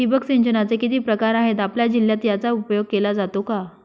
ठिबक सिंचनाचे किती प्रकार आहेत? आपल्या जिल्ह्यात याचा उपयोग केला जातो का?